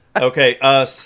Okay